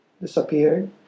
disappeared